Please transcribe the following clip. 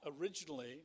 originally